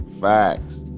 Facts